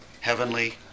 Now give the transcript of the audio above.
heavenly